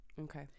Okay